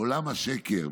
עולם השקר.